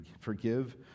forgive